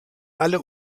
alle